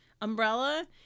umbrella